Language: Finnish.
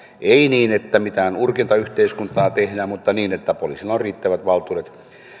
ei niin että mitään urkintayhteiskuntaa tehdään mutta niin että poliisilla on riittävät valtuudet